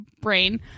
brain